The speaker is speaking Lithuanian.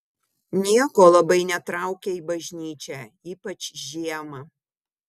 nieko labai netraukia į bažnyčią ypač žiemą